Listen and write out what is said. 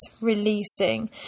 releasing